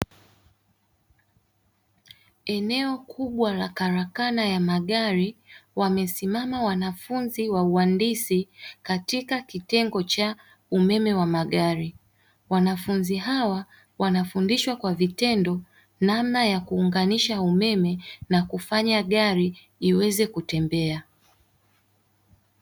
Eneo kubwa la karakana ya magari wamesimama wanafunzi wa uandisi katika kitengo cha umeme wa magari, wanafunzi hawa wanafundishwa kwa vitendo namna ya kuunganisha umeme na kufanya gari iweze kutembea.